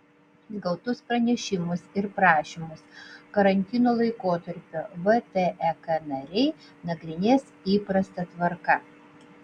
gautus pranešimus ir prašymus karantino laikotarpiu vtek nariai nagrinės įprasta tvarka